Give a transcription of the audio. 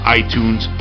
iTunes